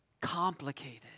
complicated